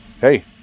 hey